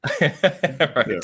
Right